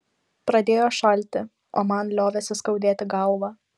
pradėjo šalti o man liovėsi skaudėti galvą